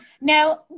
now